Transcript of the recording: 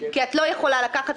כי את לא יכולה לקחת,